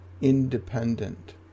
independent